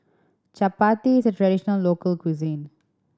Chappati is a traditional local cuisine